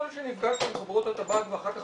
יכול להיות שנפגשת עם חברות הטבק ואחר כך